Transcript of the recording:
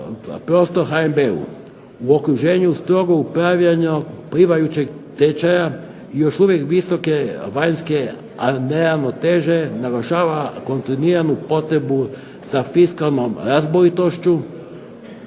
HNB u okruženju strogog upravljanja plivajućeg tečaja još uvijek visoke vanjske neravnoteže izvršava kontinuiranu potrebu za fiskalnom razboritošću